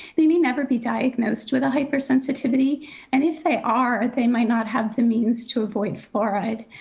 they may never be diagnosed with a hypersensitivity. and if they are, they might not have the means to avoid fluoride.